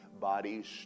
bodies